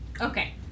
Okay